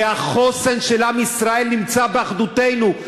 והחוסן של עם ישראל נמצא באחדותנו.